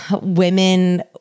women